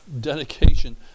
dedication